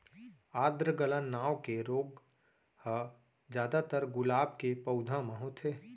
आद्र गलन नांव के रोग ह जादातर गुलाब के पउधा म होथे